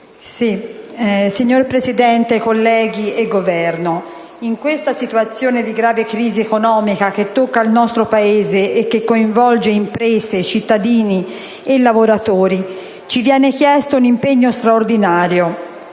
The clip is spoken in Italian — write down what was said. Signor Presidente, colleghi, rappresentanti del Governo, in questa situazione di grave crisi economica che tocca il nostro Paese e che coinvolge imprese, cittadini e lavoratori, ci viene chiesto un impegno straordinario